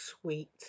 sweet